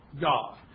God